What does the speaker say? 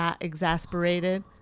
exasperated